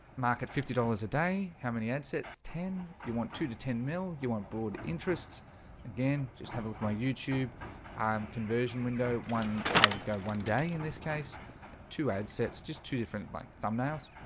market fifty dollars a day how many add sets ten you want to to ten mil you want broad interests again? just have a look at my youtube um conversion window one i would go one day in this case to add sets just to different length thumbnails